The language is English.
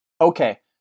Okay